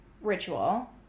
ritual